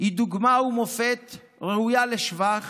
הם דוגמה ומופת וראויים לשבח.